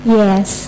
yes